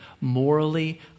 morally